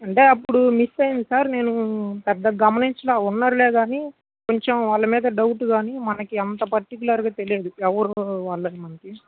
అంటే అప్పుడు మిస్ అయ్యింది సార్ నేను పెద్దగా గమనించలేదు ఉన్నారులే కాని కొంచెం వాళ్ళ మీద డౌట్ కాని మనకి అంత పర్టికులర్గా తెలియదు ఎవరు వాళ్ళు అన్నది మనకి